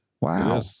Wow